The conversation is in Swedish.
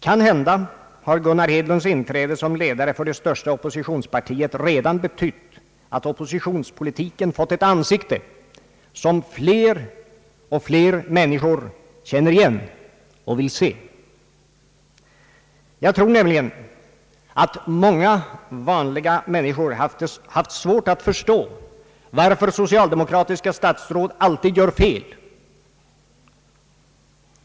Kanhända har Gunnar Hedlunds inträde som ledare för det största oppositionspartiet redan betytt att oppositionspolitiken fått ett ansikte som fler och fler människor känner igen och vill se. Jag tror nämligen att många vanliga människor haft svårt att förstå varför socialdemokratiska statsråd alltid gör fel.